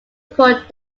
put